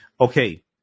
Okay